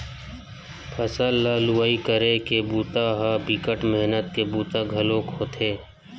फसल ल लुवई करे के बूता ह बिकट मेहनत के बूता घलोक होथे